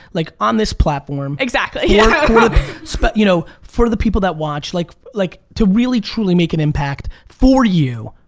like on this platform exactly. yeah so but you know for the people that watch, like like to really truly make an impact for you,